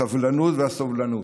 הסבלנות והסובלנות.